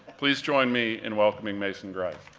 please join me in welcoming mason grist.